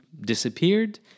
disappeared